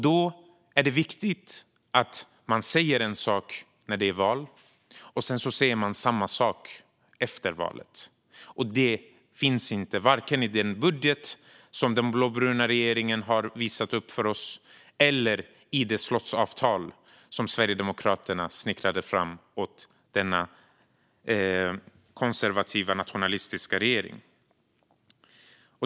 Då är det viktigt att säga en sak när det är val och sedan säga samma sak efter valet. Det finns inte i den budget som den blåbruna regeringen har visat upp för oss eller i det slottsavtal som Sverigedemokraterna snickrade fram åt denna konservativa nationalistiska regering.